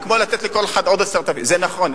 זה כמו לתת לכל אחד עוד 10,000. זה נכון.